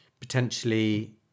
potentially